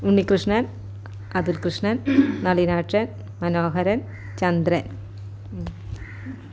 Unnikrishnan Atulkrishnan Nalinakshan Manoharan Chandran